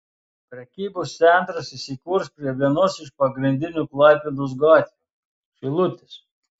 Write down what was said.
prekybos centras įsikurs prie vienos iš pagrindinių klaipėdos gatvių šilutės